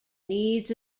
needs